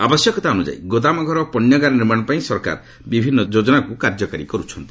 ଆବଶ୍ୟକତା ଅନ୍ଦଯାୟୀ ଗୋଦାମ ଘର ଓ ପଣ୍ୟଗାର ନର୍ମାଣ ପାଇଁ ସରକାର ବିଭିନ୍ନ ଯୋଜନାକୁ କାର୍ଯ୍ୟକାରୀ କର୍ଚ୍ଛନ୍ତି